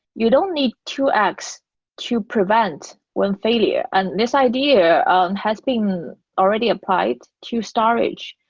you don't need two x to prevent when failure, and this idea and has been already applied to storage,